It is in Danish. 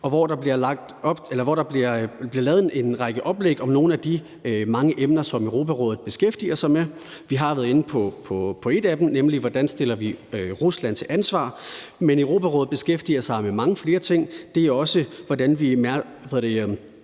og hvor der bliver lavet en række oplæg om nogle af de mange emner, som Europarådet beskæftiger sig med. Vi har været inde på et af dem, nemlig hvordan vi stiller Rusland til ansvar. Men Europarådet beskæftiger sig med mange flere ting; det er også, hvordan vi